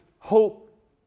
Hope